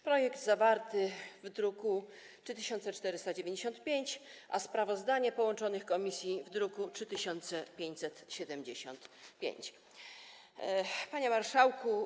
Projekt zawarty jest w druku nr 3495, a sprawozdanie połączonych komisji - w druku nr 3575. Panie Marszałku!